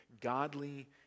godly